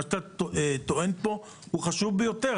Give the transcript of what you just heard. מה שאתה טוען פה הוא חשוב ביותר.